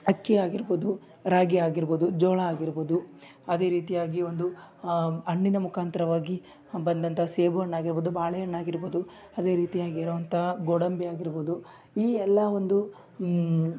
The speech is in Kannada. ಅಕ್ಕಿಯಾಗಿರ್ಬೋದು ರಾಗಿಯಾಗಿರ್ಬೋದು ಜೋಳ ಆಗಿರ್ಬೋದು ಅದೇ ರೀತಿಯಾಗಿ ಒಂದು ಹಣ್ಣಿನ ಮುಖಾಂತರವಾಗಿ ಬಂದಂಥ ಸೇಬುಹಣ್ಣು ಆಗಿರ್ಬೋದು ಬಾಳೆ ಹಣ್ಣು ಆಗಿರ್ಬೋದು ಅದೇ ರೀತಿಯಾಗಿರುವಂಥ ಗೋಡಂಬಿ ಆಗಿರ್ಬೋದು ಈ ಎಲ್ಲ ಒಂದು